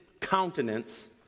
countenance